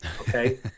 Okay